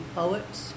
poets